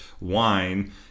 wine